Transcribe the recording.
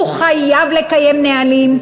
הוא חייב לקיים נהלים.